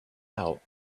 out